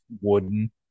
wooden